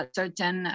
certain